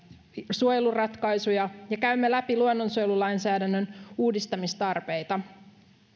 suojeluratkaisuja ja käymme läpi luonnonsuojelulainsäädännön uudistamistarpeita